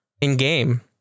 in-game